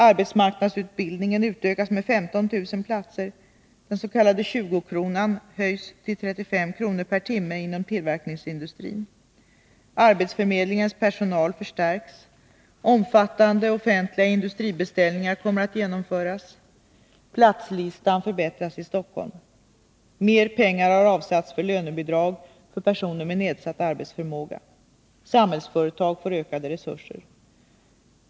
Arbetsmarknadsutbildningen utökas med 15 000 platser. Den s.k. 20-kronan höjs till 35 kr. per timme inom tillverkningsindustrin. Arbetsförmedlingens personal förstärks. Omfattande offentliga industribeställningar kommer att genomföras. Platslistan förbättras i Stockholm. Mer pengar har avsatts för lönebidrag för personer med nedsatt arbetsförmåga. Samhällsföretag får ökade resurser.